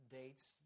dates